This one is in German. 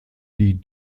die